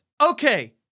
Okay